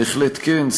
בהחלט כן,